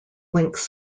links